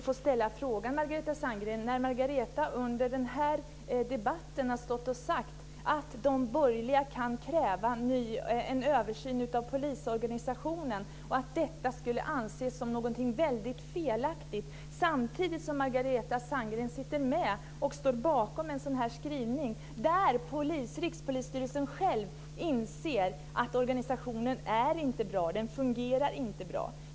Fru talman! Jag måste ändå få ställa frågan, Margareta Sandgren. Under den här debatten har Margareta Sandgren sagt att de borgerliga kan kräva en översyn av polisorganisationen och att detta skulle anses som något väldigt felaktigt. Samtidigt står Margareta Sandgren bakom en skrivning där Rikspolisstyrelsen själv inser att organisationen inte är bra och att den inte fungerar bra.